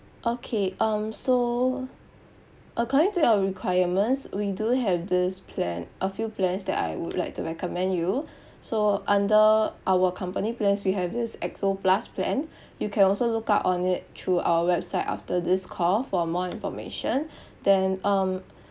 okay um so according to your requirements we do have this plan a few plans that I would like to recommend you so under our company plans we have this X O plus plan you can also look up on it through our website after this call for more information then um